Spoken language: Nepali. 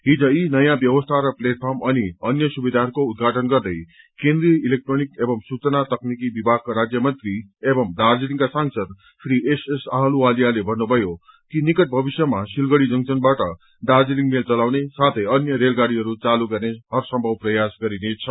हिज यी नयाँ व्यवस्था र प्लेटफर्म अनि अन्य सुविधाहरूको उद्दघाटन गर्दै केन्द्रिय इलेक्ट्रोनिक एव सूचना तकनीकि विभागका राज्य मन्त्री एव दार्जीलिङका सांसद श्री एस एस आहलुवालियाले भन्नुभयो कि निकट भविष्यमा सिलगढ़ी जंक्शनबाट दार्जीलिङ मेल चलाउने साथै अन्य रेलगाड़ीहरू चालू गर्ने हरसम्भव प्रयास गरिनेछ